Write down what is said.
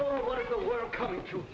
or the world coming to